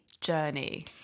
journey